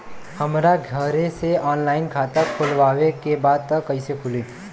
हमरा घरे से ऑनलाइन खाता खोलवावे के बा त कइसे खुली?